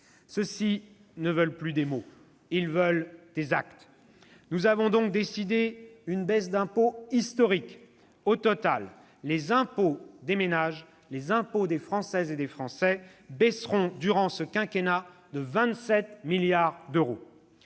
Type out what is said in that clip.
Ceux-ci ne veulent plus des mots ; ils veulent des actes. Nous avons donc décidé une baisse d'impôts historique : au total, les impôts des ménages baisseront durant ce quinquennat de 27 milliards d'euros.